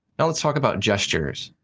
now let's talk about gestures.